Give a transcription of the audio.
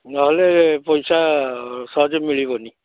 ନହଲେ ପଇସା ସହଜେ ମିଳିବନି